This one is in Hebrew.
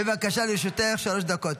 בבקשה, לרשותך שלוש דקות.